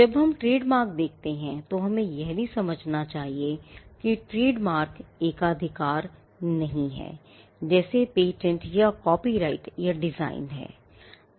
जब हम ट्रेडमार्क देखते हैं तो हमें यह भी समझना चाहिए कि ट्रेडमार्क एकाधिकार नहीं है जैसे पेटेंट या कॉपीराइट या डिज़ाइन हैं